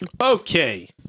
Okay